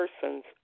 persons